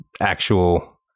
actual